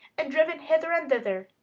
and driven hither and thither,